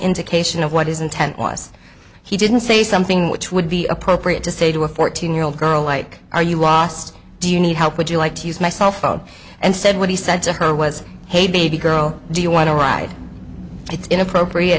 indication of what his intent was he didn't say something which would be appropriate to say to a fourteen year old girl like are you lost do you need help would you like to use my cell phone and said what he said to her was hey baby girl do you want to ride it's inappropriate